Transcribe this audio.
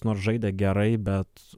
nors žaidė gerai bet